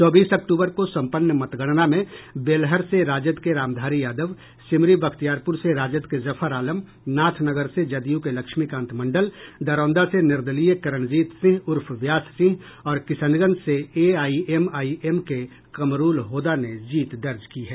चौबीस अक्टूबर को समपन्न मतगणना में बेलहर से राजद के रामधारी यादव सिमरी बख्तियारपूर से राजद के जफर आलम नाथनगर से जदयू के लक्ष्मीकांत मंडल दरौंदा से निर्दलीय करणजीत सिंह उर्फ व्यास सिंह और किशनगंज से एआईएमआईएम के कमरुल होदा ने जीत दर्ज की है